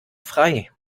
frei